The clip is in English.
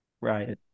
Right